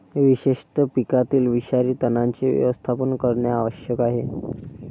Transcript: विशेषतः पिकातील विषारी तणांचे व्यवस्थापन करणे आवश्यक आहे